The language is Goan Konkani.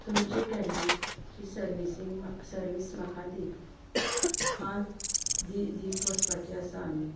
तुमचे गाडयेची सरविसींग सरवीस म्हाका दी पांच दीस वसपाचे आसा आमी